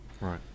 Right